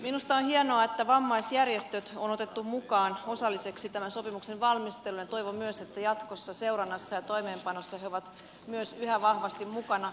minusta on hienoa että vammaisjärjestöt on otettu mukaan osalliseksi tämän sopimuksen valmisteluun ja toivon myös että jatkossa seurannassa ja toimeenpanossa he ovat myös yhä vahvasti mukana